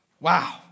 Wow